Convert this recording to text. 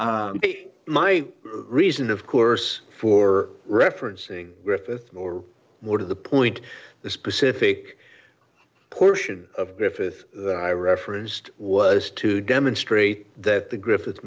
my reason of course for referencing griffith or more to the point the specific portion of griffith that i referenced was to demonstrate that the griffith